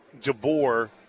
DeBoer